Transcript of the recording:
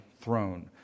throne